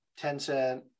tencent